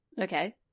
Okay